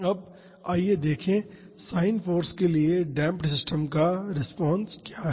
अब आइए देखें साइन फाॅर्स के लिए डेम्प्ड सिस्टम्स का रिस्पांस क्या है